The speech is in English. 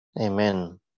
Amen